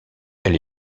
elle